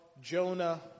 Jonah